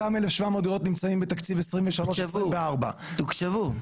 אותן 1,700 דירות נמצאות בסעיף 2023-2024. תוקצבו.